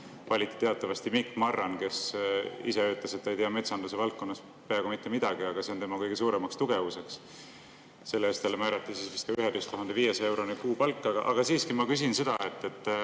valiti teatavasti Mikk Marran, kes ise ütles, et ta ei tea metsanduse valdkonnast peaaegu mitte midagi, aga see on tema kõige suuremaks tugevuseks. Selle eest talle määrati 11 500-eurone kuupalk. Aga siiski ma küsin seda –